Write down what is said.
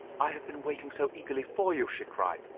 i have been waiting so eagerly for you, she cried,